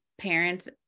parents